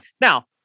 Now